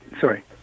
sorry